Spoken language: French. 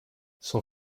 son